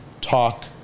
talk